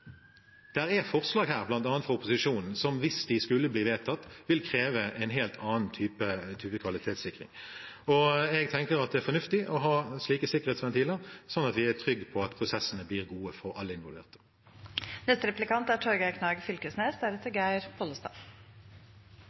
er forslag her, bl.a. fra opposisjonen, som hvis de skulle bli vedtatt, ville kreve en helt annen type kvalitetssikring. Jeg tenker det er fornuftig å ha slike sikkerhetsventiler, sånn at vi er trygge på at prosessene blir gode for alle involverte. Riksrevisjonen har kome med ein ganske knallhard dom over norsk fiskeripolitikk. Det er